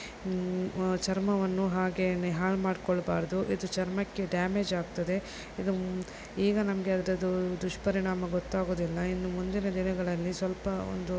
ಚರ್ಮವನ್ನು ಹಾಗೇನೆ ಹಾಳು ಮಾಡಿಕೊಳ್ಳಬಾರ್ದು ಇದು ಚರ್ಮಕ್ಕೆ ಡ್ಯಾಮೇಜ್ ಆಗ್ತದೆ ಇದು ಈಗ ನಮಗೆ ಅದರದು ದುಷ್ಪರಿಣಾಮ ಗೊತ್ತಾಗೋದಿಲ್ಲ ಇನ್ನು ಮುಂದಿನ ದಿನಗಳಲ್ಲಿ ಸ್ವಲ್ಪ ಒಂದು